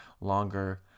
longer